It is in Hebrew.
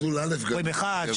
רואים אחד,